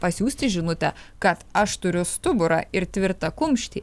pasiųsti žinutę kad aš turiu stuburą ir tvirtą kumštį